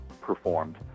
performed